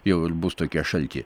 jau ir bus tokie šalti